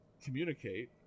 communicate